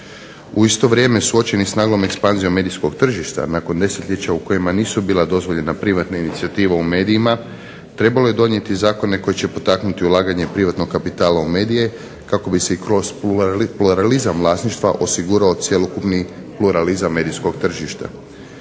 U isto vrijeme suočeni s naglom ekspanzijom medijskog tržišta nakon desetljeća u kojima nisu bila dozvoljena privatna inicijativa u medijima trebalo je donijeti zakone koji će potaknuti ulaganje privatnog kapitala u medije kako bi se i kroz pluralizam vlasništva osigurao cjelokupni pluralizam medijskog tržišta.